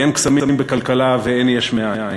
כי אין קסמים בכלכלה ואין יש מאין.